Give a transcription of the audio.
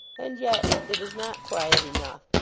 and yet it is not quiet enough.